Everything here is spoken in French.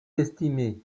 estimé